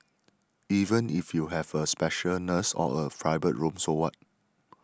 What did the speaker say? even if you have a special nurse or a private room so what